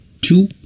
two